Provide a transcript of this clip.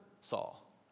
Saul